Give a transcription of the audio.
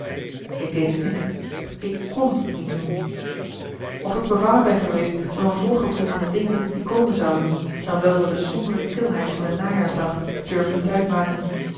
ik deed t niet ik kon t niet doen of ik bevangen ben geweest door een voorgevoel van de dingen die komen zouden dan wel door de sombere kilheid van de najaarsdag durf ik niet uitmaken